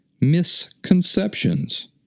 misconceptions